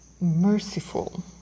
merciful